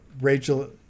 Rachel